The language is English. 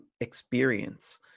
experience